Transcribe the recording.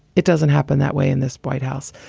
it doesn't happen that way in this white house.